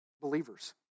believers